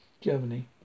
Germany